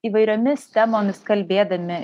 įvairiomis temomis kalbėdami